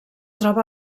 troba